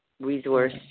resource